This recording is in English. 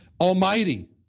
Almighty